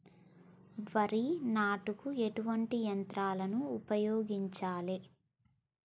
వరి నాటుకు ఎటువంటి యంత్రాలను ఉపయోగించాలే?